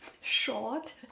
short